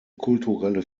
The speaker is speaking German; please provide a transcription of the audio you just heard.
kulturelle